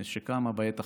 שקמה בעת החדשה.